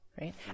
right